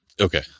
Okay